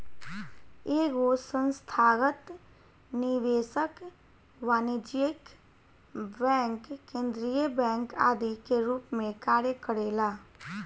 एगो संस्थागत निवेशक वाणिज्यिक बैंक केंद्रीय बैंक आदि के रूप में कार्य करेला